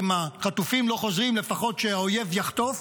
אם החטופים לא חוזרים, לפחות שהאויב יחטוף.